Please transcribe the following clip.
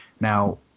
Now